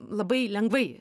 labai lengvai